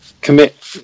commit